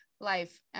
life